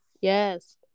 Yes